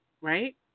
right